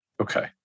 Okay